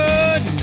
Good